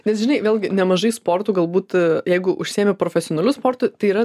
nes žinai vėlgi nemažai sportų galbūt jeigu užsiėmi profesionaliu sportu tai yra